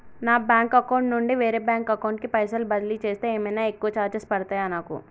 నా bank account నుండి వేరే బ్యాంక్ అకౌంట్ కి పైసల్ బదిలీ చేస్తే ఏమైనా ఎక్కువ చార్జెస్ పడ్తయా నాకు?